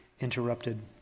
interrupted